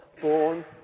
born